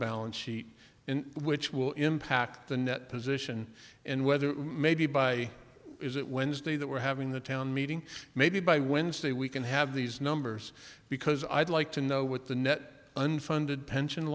balance sheet in which will impact the net position and whether maybe by is it wednesday that we're having the town meeting maybe by wednesday we can have these numbers because i'd like to know what the net unfunded pension